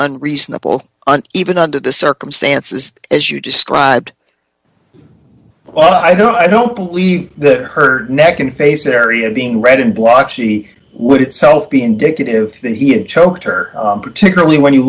unreasonable and even under the circumstances as you described i don't i don't believe that her neck and face area being read in blood she would itself be indicative that he choked her particularly when you